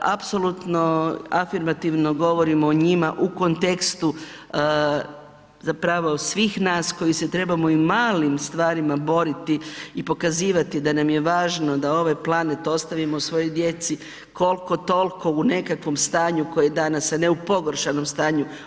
Apsolutno afirmativno govorimo o njima u kontekstu zapravo svih nas koji se trebamo i malim stvarima boriti i pokazivati da nam je važno da ovaj planet ostavimo svojoj djeci koliko toliko u nekakvom stanju koje je danas, a ne u pogoršanom stanju.